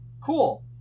cool